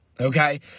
Okay